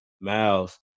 miles